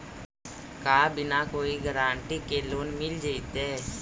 का बिना कोई गारंटी के लोन मिल जीईतै?